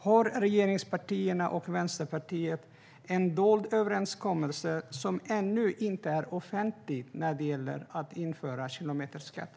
Har regeringspartierna och Vänsterpartiet en dold överenskommelse som ännu inte är offentlig när det gäller att införa kilometerskatt?